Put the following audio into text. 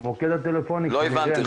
המוקד הטלפוני --- לא הבנתי,